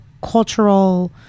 cultural